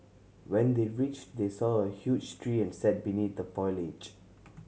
when they reached they saw a huge tree and sat beneath the foliage